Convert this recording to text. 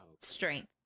Strength